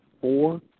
four